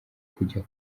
kujya